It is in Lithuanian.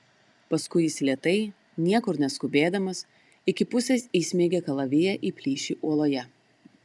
paskui jis lėtai niekur neskubėdamas iki pusės įsmeigė kalaviją į plyšį uoloje